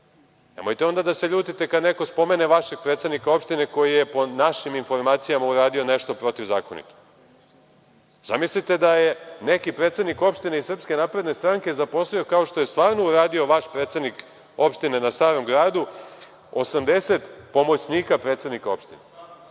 Nemojte onda da se ljutite kada neko spomene vašeg predsednika opštine koji je po našim informacijama uradio nešto protivzakonito. Zamislite da je neki predsednik opštine iz SNS zaposlio kao što je stvarno uradio vaš predsednik opštine na Starom gradu 80 pomoćnika predsednika opštine,